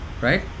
right